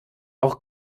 auch